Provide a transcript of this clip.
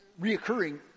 reoccurring